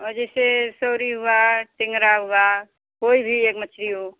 और जैसे सौरी हुआ टेंगरा हुआ कोई भी एक मछली हो